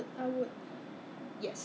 pay more orh you have to add on what